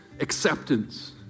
acceptance